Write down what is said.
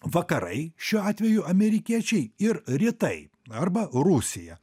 vakarai šiuo atveju amerikiečiai ir rytai arba rusija